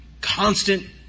constant